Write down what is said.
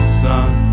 sun